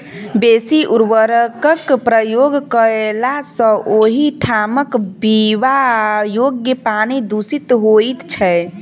बेसी उर्वरकक प्रयोग कयला सॅ ओहि ठामक पीबा योग्य पानि दुषित होइत छै